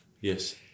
Yes